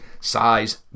Size